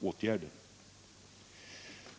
åtgärder.